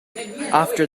after